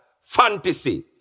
fantasy